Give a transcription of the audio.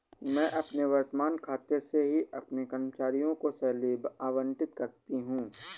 मैं अपने वर्तमान खाते से ही अपने कर्मचारियों को सैलरी आबंटित करती हूँ